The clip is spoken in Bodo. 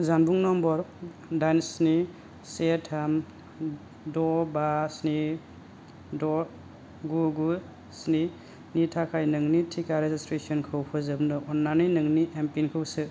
जानबुं नम्बर दाइन स्नि से थाम द' बा स्नि द' गु गु स्नि नि थाखाय नोंनि टिका रेजिस्ट्रेसनखौ फोजोबनो अन्नानै नोंनि एमपिन खौ सो